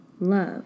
love